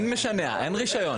אין משנע, אין רישיון.